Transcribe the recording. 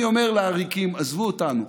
אני אומר לעריקים: עזבו אותנו,